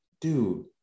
dude